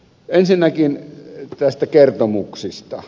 ensinnäkin näistä kertomuksista